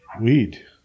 Weed